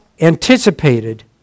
anticipated